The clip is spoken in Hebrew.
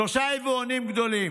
שלושה יבואנים גדולים,